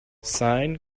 sine